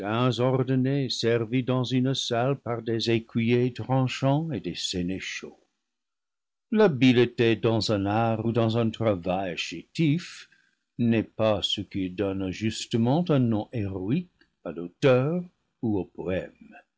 ordonnés servis dans une salle par des écuyers tranchants et des sénéchaux l'habileté dans un art ou dans un travail chétif n'est pas ce qui donne justement un nom héroïque à l'auteur ou au poëme